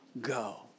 go